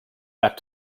back